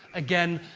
again,